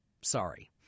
sorry